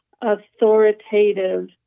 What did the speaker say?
authoritative